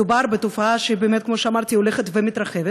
מדובר בתופעה שבאמת, כמו שאמרתי, הולכת ומתרחבת,